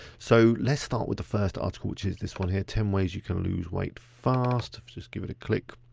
so let's start with the first article which is this one here. ten ways you can lose weight fast. just give it a click.